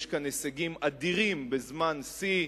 יש כאן הישגים אדירים בזמן שיא,